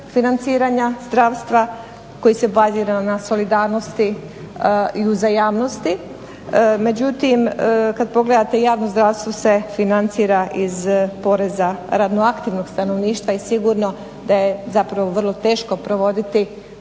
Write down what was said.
financiranja zdravstva koji se bazira na solidarnosti i uzajamnosti, međutim kada pogledate javno zdravstvo se financira iz poreza radnoaktivnog stanovništva i sigurno da je zapravo vrlo teško provoditi